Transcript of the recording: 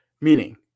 Meaning